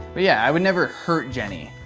yeah, i would never hurt jenny.